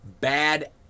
bad